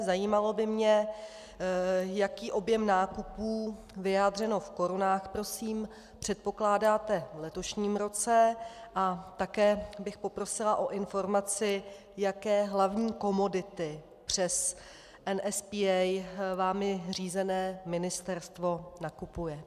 Zajímalo by mě, jaký objem nákupů, vyjádřeno v korunách prosím, předpokládáte v letošním roce, a také bych poprosila o informaci, jaké hlavní komodity přes NSPA vámi řízené ministerstvo nakupuje.